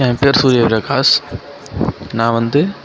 என் பேர் சூரியபிரகாஷ் நான் வந்து